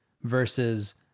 versus